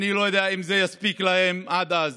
אני לא יודע אם זה יספיק להם עד אז.